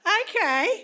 okay